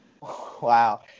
wow